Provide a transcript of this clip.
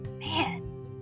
man